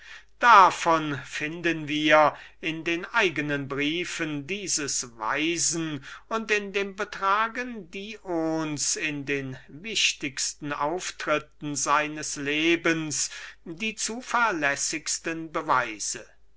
davon finden wir in den eigenen briefen dieses weisen und in dem betragen dions in den wichtigsten auftritten seines lebens die zuverlässigsten beweise